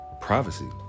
Privacy